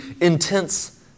intense